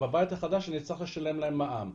בבית החדש אני אצטרך לשלם להם מע"מ.